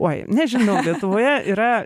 oi nežinau lietuvoje yra